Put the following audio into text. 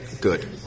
Good